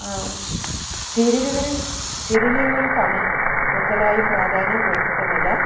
ആ സീരിയലുകളിൽ സീരിയലുകൾക്കാണ് കൂടുതലായും പ്രാധാന്യം കൊടുക്കുന്നത്